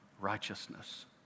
righteousness